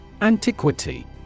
Antiquity